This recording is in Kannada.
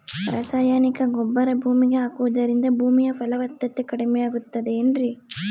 ರಾಸಾಯನಿಕ ಗೊಬ್ಬರ ಭೂಮಿಗೆ ಹಾಕುವುದರಿಂದ ಭೂಮಿಯ ಫಲವತ್ತತೆ ಕಡಿಮೆಯಾಗುತ್ತದೆ ಏನ್ರಿ?